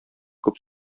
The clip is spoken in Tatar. күп